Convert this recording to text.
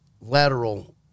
lateral